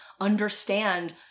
understand